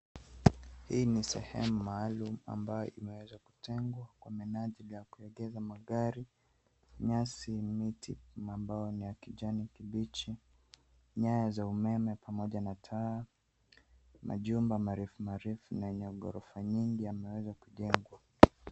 Hii ni sehemu maalum ambayo imeweza kutengwa kwa minajili ya kuegeza magari. Nyasi na miti ambayo ni ya kijani kibichi. Nyaya za umeme pamoja na taa. Majumba marefu marefu na yenye ghorofa nyingi yameweza kujengwa.